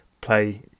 play